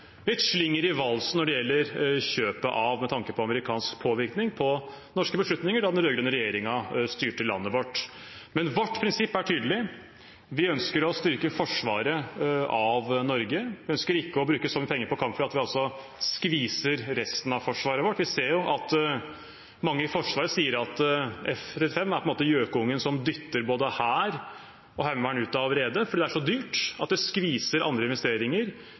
slinger i valsen når det gjelder kjøpet, med tanke på amerikansk påvirkning på norske beslutninger da den rød-grønne regjeringen styrte landet vårt. Men vårt prinsipp er tydelig: Vi ønsker å styrke forsvaret av Norge. Vi ønsker ikke å bruke så mye penger på kampfly at vi skviser resten av forsvaret vårt. Vi ser jo at mange i Forsvaret sier at F35 på mange måter er gjøkungen som dytter både hær og heimevern ut av redet, fordi dette er så dyrt at det skviser ut andre investeringer